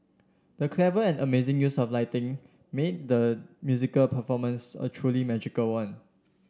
the clever and amazing use of lighting made the musical performance a truly magical one